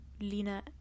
Lena